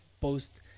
post